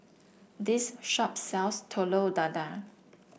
this shop sells Telur Dadah